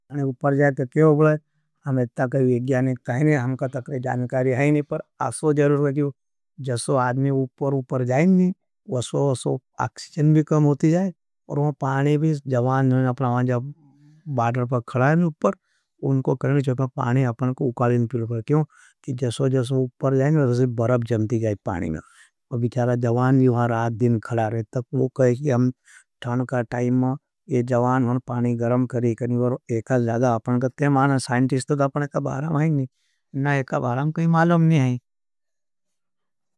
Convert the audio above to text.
अपने उपर जायें तो क्यों बलाये, हमें इत्ता क्यों विज्ञानिक कहेने हैं, हमका तो क्यों जानकारी हैं नहीं। पर अस्वा जरूर करते हैं, जसो आदमें उपर उपर जायें नहीं, वसो वसो अक्सिजन भी कम होती जायें, और वो पाने भी। जवान नहीं, अपना वा तक वो कहे कि हम ठानका टाइम में ये जवान में पानी गरम करेंगी, और एक हाल ज़्यादा, अपने कहते हैं। माना साइन्टिस्टों तो अपने कब आराम हैं नहीं, नहीं, एक अपाराम कोई मालम नहीं है।